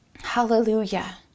Hallelujah